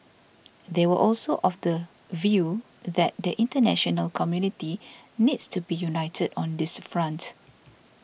they were also of the view that the international community needs to be united on this front